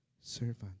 servant